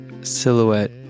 silhouette